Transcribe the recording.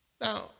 Now